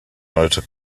motor